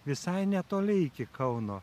visai netoli iki kauno